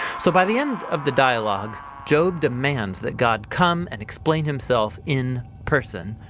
so by the end of the dialogue job demands that god come and explain himself in person.